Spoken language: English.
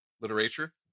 Literature